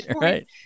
right